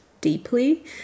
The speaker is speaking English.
deeply